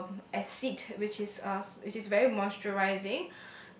um acid which is a which is very moisturising